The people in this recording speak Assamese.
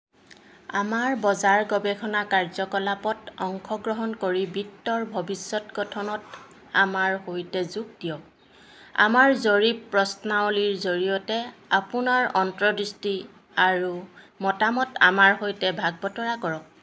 আমাৰ বজাৰ গৱেষণা কাৰ্যকলাপত অংশগ্ৰহণ কৰি বিত্তৰ ভৱিষ্যত গঠনত আমাৰ সৈতে যোগ দিয়ক আমাৰ জৰীপ প্ৰশ্নাৱলীৰ জৰিয়তে আপোনাৰ অন্তৰ্দৃষ্টি আৰু মতামত আমাৰ সৈতে ভাগ বতৰা কৰক